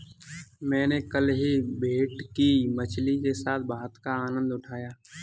मैंने कल ही भेटकी मछली के साथ भात का आनंद उठाया